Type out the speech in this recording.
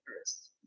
first